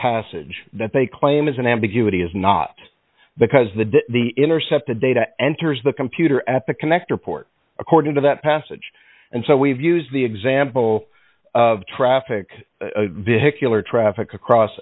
passage that they claim is an ambiguity is not because the do the intercept the data enters the computer at the connector port according to that passage and so we've used the example of traffic vehicular traffic across